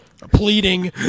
pleading